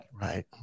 Right